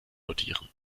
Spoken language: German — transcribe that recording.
notieren